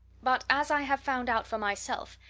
but, as i have found out for myself,